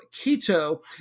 Quito